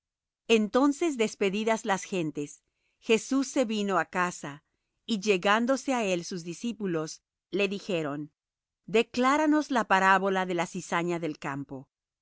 entonces despedidas las gentes jesús se vino á casa y llegándose á él sus discípulos le dijeron decláranos la parábola de la cizaña del campo